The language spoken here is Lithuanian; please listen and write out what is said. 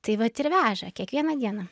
tai vat ir veža kiekvieną dieną